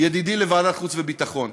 ידידי לוועדת החוץ והביטחון.